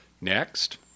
Next